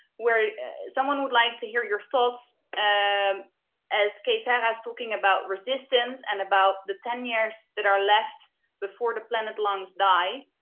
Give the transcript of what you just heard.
where someone would like to hear your thoughts as um as kay sara is talking about resistance and about the ten years that are left before the planet's lungs die.